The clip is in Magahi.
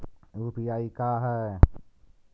यु.पी.आई का है?